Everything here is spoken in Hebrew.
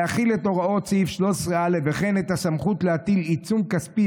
להחיל את הוראות סעיף 13א וכן את הסמכות להטיל עיצום כספי